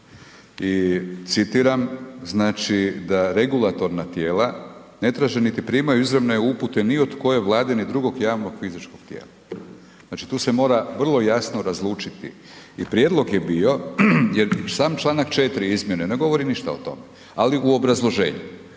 i citiram, znači, da regulatorna tijela ne traže niti primaju izravne upute ni od koje Vlade ni drugog javnog fizičkog tijela. Znači, tu se mora vrlo jasno različiti i prijedlog je bio, jer i sam čl. 4. izmjene ne govori ništa o tome, ali u obrazloženju,